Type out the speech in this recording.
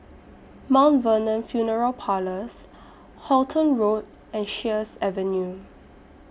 Mountain Vernon Funeral Parlours Halton Road and Sheares Avenue